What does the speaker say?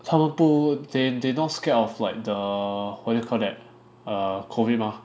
他们不 they not scared of like the what do you call that err COVID mah